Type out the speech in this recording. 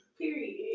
Period